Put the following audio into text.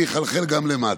זה יחלחל גם למטה.